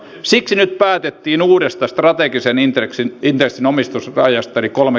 siksi nyt päätettiin uudesta strategisen intressin omistusrajasta